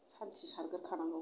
सान्थि सारगोरखांनांगौ